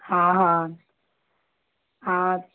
हा हा हा